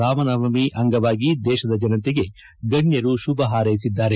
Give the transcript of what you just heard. ರಾಮನವಮಿ ಅಂಗವಾಗಿ ದೇಶದ ಜನತೆಗೆ ಗಣ್ಣರು ಶುಭ ಪಾರೈಸಿದ್ದಾರೆ